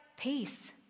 Peace